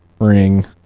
ring